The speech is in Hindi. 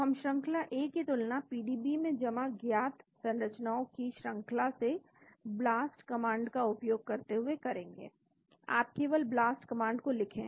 तो हम श्रंखला ए की तुलना पीडीबी में जमा ज्ञात संरचनाओं की श्रंखला से ब्लास्ट कमांड का उपयोग करते हुए करेंगे आप केवल ब्लास्ट कमांड को लिखें